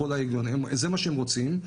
זה מה שהם רוצים.